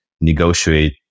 negotiate